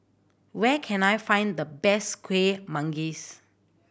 where can I find the best Kuih Manggis